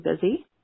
busy